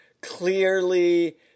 clearly –